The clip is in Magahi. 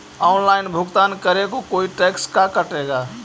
ऑनलाइन भुगतान करे को कोई टैक्स का कटेगा?